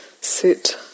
sit